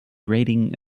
rating